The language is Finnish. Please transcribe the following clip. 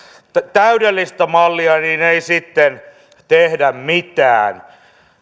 täydellistä mallia niin ei sitten tehdä mitään